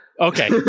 Okay